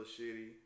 shitty